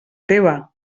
teva